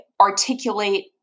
articulate